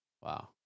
Wow